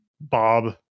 Bob